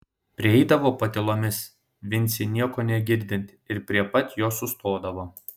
prieidavo patylomis vincei nieko negirdint ir prie pat jo sustodavo